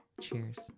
Cheers